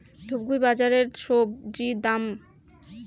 ধূপগুড়ি বাজারের স্বজি দাম?